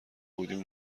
بودیم